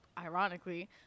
ironically